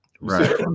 right